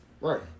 Right